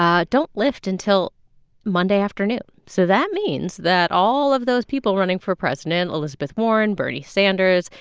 ah don't lift until monday afternoon. so that means that all of those people running for president elizabeth warren, bernie sanders,